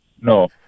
No